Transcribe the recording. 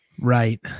right